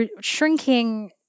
shrinking